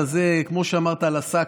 כמו שאמרת על השק,